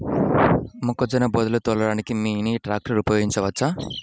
మొక్కజొన్న బోదెలు తోలడానికి మినీ ట్రాక్టర్ ఉపయోగించవచ్చా?